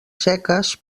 seques